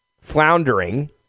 floundering